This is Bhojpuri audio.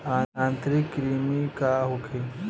आंतरिक कृमि का होखे?